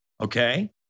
Okay